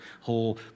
whole